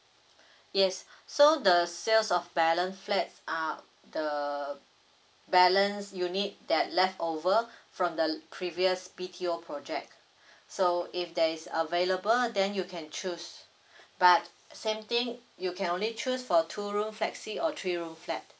yes so the sales of balance flats uh the balance unit that leftover from the l~ previous B_T_O project so if that is available then you can choose but same thing you can only choose for a two room flexi or three room flat